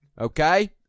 Okay